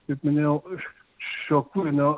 kaip minėjau šio kūrinio